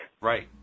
Right